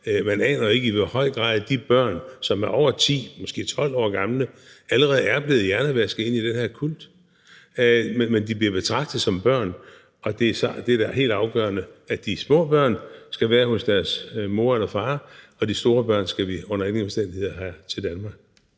Man aner ikke, i hvor høj grad de børn, som er over 10 år, måske 12 år, gamle, allerede er blevet hjernevasket ind i den her kult. Men de bliver betragtet som børn, og det er da helt afgørende, at de små børn skal være hos deres mor eller far, og at de store børn skal vi under ingen omstændigheder have til Danmark.